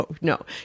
no